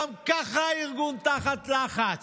גם ככה הארגון תחת לחץ.